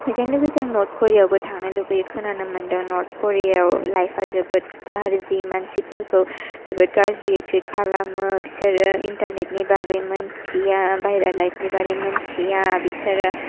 बेजों लोगोसे आङो नर्थ करियायावबो थांनो लुगैयो खोनानो मोनदों नर्थ करियायाव लाइफा जोबोद गाज्रि मानसिफोरखौ जोबोद गाज्रियै थ्रिथ खालामो बिसोरो इनटारनेटनि बागै जेबो मिन्थिया बाहिरा लाइफनि बारै मिन्थिया